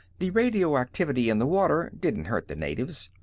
the radioactivity in the water didn't hurt the natives.